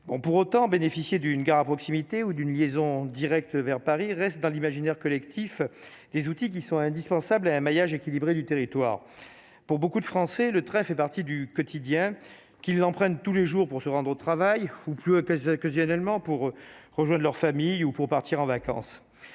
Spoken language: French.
pour autant bénéficié d'une gare à proximité ou d'une liaison directe vers Paris reste dans l'imaginaire collectif, les outils qui sont indispensables à un maillage équilibré du territoire pour beaucoup de Français le train fait partie du quotidien qu'il en prenne tous les jours pour se rendre au travail plus plaisir que j'ai également pour rejoignent leur famille ou pour partir en vacances,